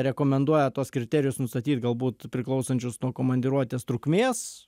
rekomenduoja tuos kriterijus nustatyt galbūt priklausančius nuo komandiruotės trukmės